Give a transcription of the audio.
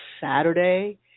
Saturday